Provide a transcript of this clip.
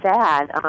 sad